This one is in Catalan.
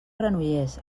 granollers